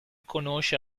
conosce